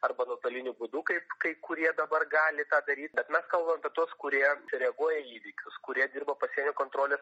arba nuotoliniu būdu kaip kai kurie dabar gali tą daryt bet mes kalbam apie tuos kurie reaguoja į įvykius kurie dirba pasienio kontrolės